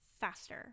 faster